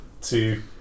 two